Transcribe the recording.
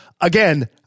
Again